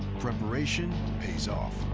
preparation pays off.